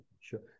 Sure